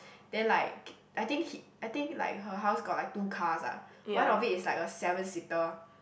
then like I think he I think like her house got like two cars ah one of it is like a seven seater